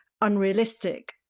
unrealistic